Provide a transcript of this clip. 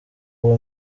uwo